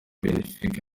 benfica